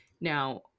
Now